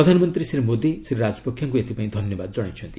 ପ୍ରଧାନମନ୍ତ୍ରୀ ଶ୍ରୀ ମୋଦି ଶ୍ରୀ ରାଜପକ୍ଷେଙ୍କୁ ଏଥିପାଇଁ ଧନ୍ୟବାଦ ଜଣାଇଛନ୍ତି